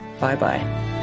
Bye-bye